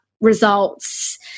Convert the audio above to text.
results